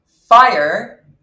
Fire